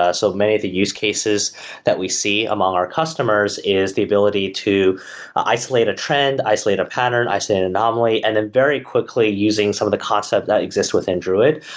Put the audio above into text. ah so many of the use cases that we see among our customers is the ability to isolate a trend, isolate a pattern, isolate an anomaly, and then very quickly using some of the concept that exists within druid,